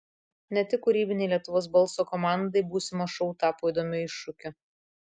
ne tik kūrybinei lietuvos balso komandai būsimas šou tapo įdomiu iššūkiu